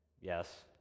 yes